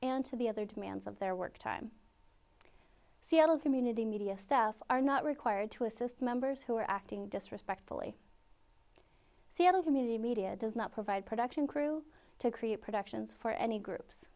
and to the other demands of their work time seattle community media staff are not required to assist members who are acting disrespectfully seattle community media does not provide production crew to create productions for any groups